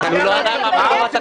את לא יודעת להקשיב.